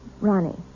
Ronnie